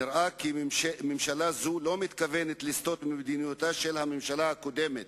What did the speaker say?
נראה כי ממשלה זו לא מתכוונת לסטות ממדיניותה של הממשלה הקודמת